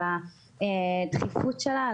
על הדחיפות שלה,